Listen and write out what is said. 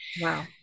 Wow